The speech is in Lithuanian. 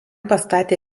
pastatė